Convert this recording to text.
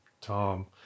Tom